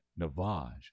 Navaj